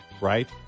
right